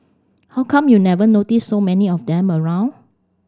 how come you never noticed so many of them around